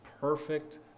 perfect